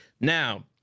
now